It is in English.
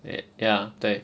then ya 对